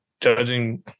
judging